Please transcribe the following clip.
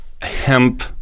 hemp